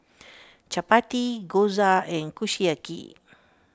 Chapati Gyoza and Kushiyaki